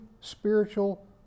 spiritual